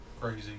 crazy